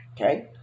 Okay